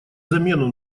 замену